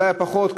אולי פחות,